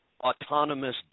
autonomous